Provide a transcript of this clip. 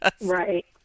Right